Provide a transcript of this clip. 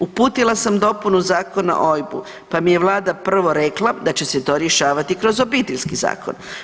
Uputila sam dopunu Zakona o OIB-u, pa mi je Vlada prvo rekla da će se to rješavati kroz Obiteljski zakon.